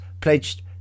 pledged